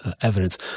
evidence